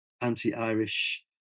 anti-Irish